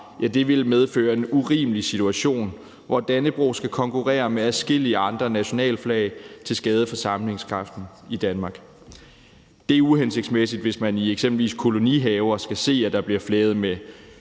afarter, vil medføre en urimelig situation, hvor Dannebrog skal konkurrere med adskillige andre nationalflag til skade for sammenhængskraften i Danmark. Det er uhensigtsmæssigt, hvis man f.eks. i kolonihaver skal se, at der bliver flaget med